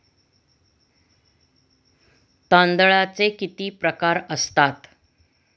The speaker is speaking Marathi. तांदळाचे किती प्रकार असतात?